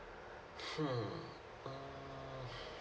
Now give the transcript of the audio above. hmm mm